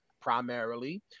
primarily